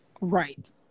Right